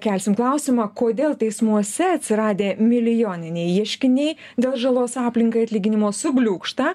kelsim klausimą kodėl teismuose atsiradę milijoniniai ieškiniai dėl žalos aplinkai atlyginimo subliūkšta